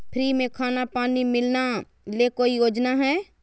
Free में खाना पानी मिलना ले कोइ योजना हय?